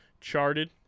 charted